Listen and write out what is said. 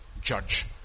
Judge